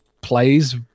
plays